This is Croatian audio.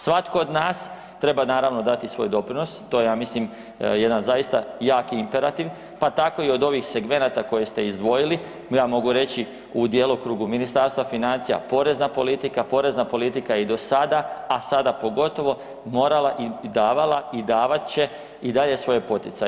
Svatko od nas treba naravno dati svoj doprinos, to je ja mislim jedan zaista jaki imperativ pa tako i od ovih segmenata koje ste izdvojili, ja mogu reći u djelokrugu Ministarstva financija porezna politika, porezna politika i do sada, a sada pogotovo morala i davala i davat će i dalje svoje poticaje.